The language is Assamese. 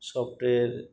ছফ্টৱেৰ